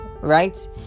right